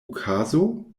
okazo